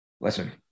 listen